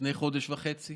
לפני חודש וחצי